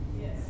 Yes